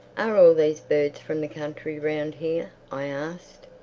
are all these birds from the country round here? i asked.